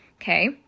Okay